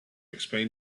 explain